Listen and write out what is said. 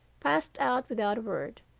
passed out without a word,